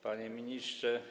Panie Ministrze!